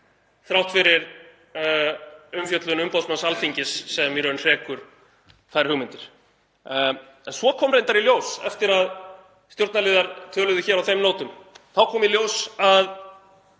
þrátt fyrir umfjöllun umboðsmanns Alþingis sem í raun hrekur þær hugmyndir. En svo kom reyndar í ljós, eftir að stjórnarliðar töluðu hér á þeim nótum, að